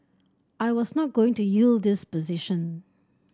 I was not going to yield this position